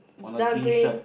dark green